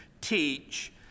teach